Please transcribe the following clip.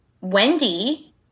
Wendy